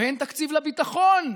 ואין תקציב לביטחון,